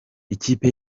ikipe